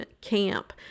camp